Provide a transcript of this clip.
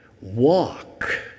walk